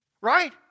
Right